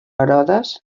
herodes